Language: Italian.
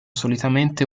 solitamente